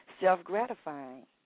self-gratifying